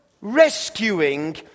rescuing